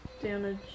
damage